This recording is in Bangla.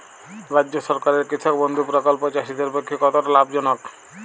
রাজ্য সরকারের কৃষক বন্ধু প্রকল্প চাষীদের পক্ষে কতটা লাভজনক?